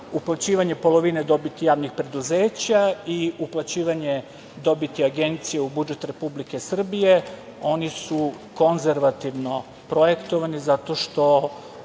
uplaćivanje polovine dobiti javnih preduzeća i uplaćivanje dobiti agencije u budžet Republike Srbije, oni su konzervativno projektovani zato što